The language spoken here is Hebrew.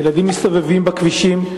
כשהילדים מסתובבים בכבישים.